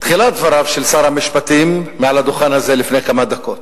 תחילת דבריו של שר המשפטים על הדוכן הזה לפני כמה דקות.